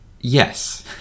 Yes